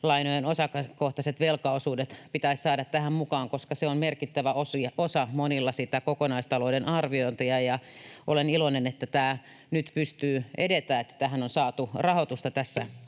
osakaskohtaiset velkaosuudet pitäisi saada tähän mukaan, koska se on monilla merkittävä osa sitä kokonaistalouden arviointia. Olen iloinen, että tämä nyt voi edetä, kun tähän on saatu rahoitusta tässä